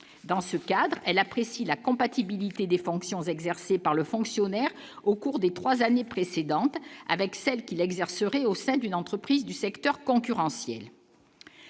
dans ce cadre, elle apprécie la compatibilité des fonctions exercées par le fonctionnaire au cours des 3 années précédentes avec celle qu'il exercerait au sein d'une entreprise du secteur concurrentiel.